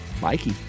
mikey